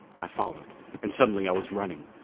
i followed and suddenly i was running.